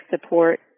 support